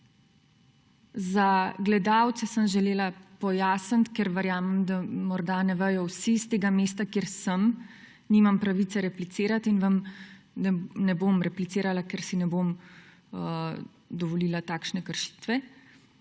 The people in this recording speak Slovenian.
Za gledalce sem želela pojasniti, ker verjamem, da morda ne vejo vsi, s tega mesta, kjer sem, nimam pravice replicirati in vam ne bom replicirala, ker si ne bom dovolila takšne kršitve.